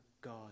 God